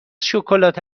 شکلات